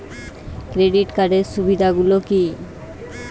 Credit কার্ডের সুবিধা গুলো কি?